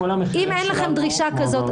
כל המחירים שלנו מועברים כל שנה.